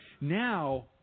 now